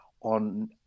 on